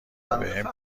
وبهم